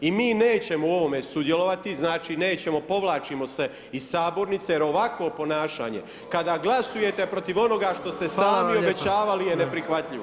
I mi nećemo u ovome sudjelovati, znači nećemo, povlačimo se iz sabornice jer ovakvo ponašanje kada glasujete protiv onoga što ste sami obećavali je neprihvatljivo.